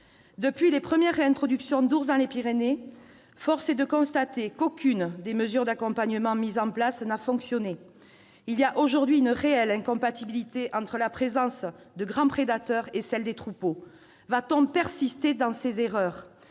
Depuis les premières réintroductions d'ours dans les Pyrénées, force est de constater qu'aucune des mesures d'accompagnement mises en place n'a fonctionné. Il y a aujourd'hui une réelle incompatibilité entre la présence de grands prédateurs et celle des troupeaux. Va-t-on persister dans ces erreurs ?